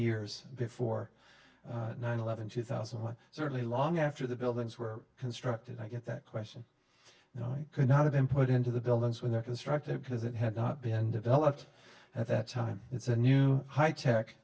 years before nine eleven two thousand one certainly long after the buildings were constructed i get that question you know you could not have been put into the buildings were constructed because it had not been developed at that time it's a new high tech